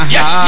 Yes